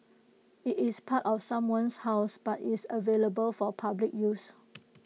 IT is part of someone's house but is available for public use